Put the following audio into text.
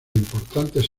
importantes